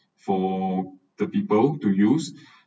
for the people to use